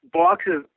boxes